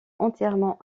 entièrement